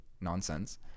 nonsense